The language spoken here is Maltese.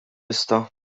lista